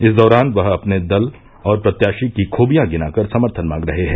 इस दौरान वह अपने दल और प्रत्याशी की खुबियां गिनाकर समर्थन मांग रहे है